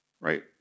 Right